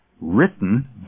written